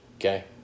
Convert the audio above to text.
okay